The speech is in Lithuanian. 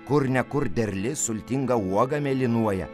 kur ne kur derli sultinga uoga mėlynuoja